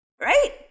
Right